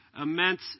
immense